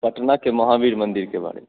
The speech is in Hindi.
पटना के महावीर मंदिर के बारे